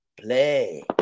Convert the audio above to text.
Play